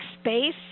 space